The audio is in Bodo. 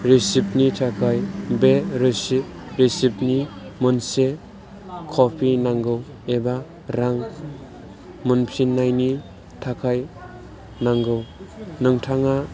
रिसिप्टनि थाखाय बे रिसिप्टनि मोनसे कपि नांगौ एबा रां मोनफिननायनि थाखाय नांगौ नोंथाङा